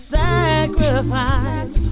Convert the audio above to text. sacrifice